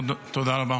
תודה רבה.